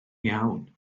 iawn